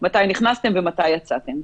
מתי נכנסתם ומתי יצאתם.